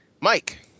Mike